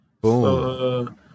Boom